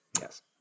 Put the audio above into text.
Yes